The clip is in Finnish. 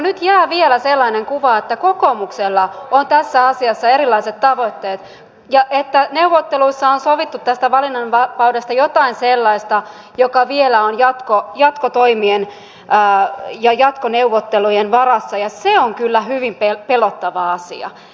nyt jää vielä sellainen kuva että kokoomuksella on tässä asiassa erilaiset tavoitteet ja että neuvotteluissa on sovittu tästä valinnanvapaudesta jotain sellaista mikä vielä on jatkotoimien ja jatkoneuvottelujen varassa ja se on kyllä hyvin pelottava asia